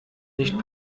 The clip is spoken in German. nicht